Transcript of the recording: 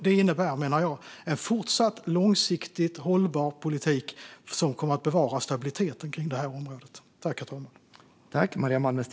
Det innebär, menar jag, en fortsatt långsiktigt hållbar politik som kommer att bevara stabiliteten på det här området.